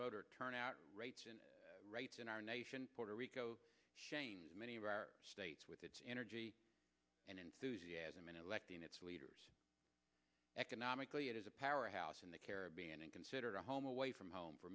voter turnout rates in rights in our nation puerto rico shayne's many of our states with its energy and enthusiasm in electing its leaders economically it is a powerhouse in the caribbean and considered a home away from home for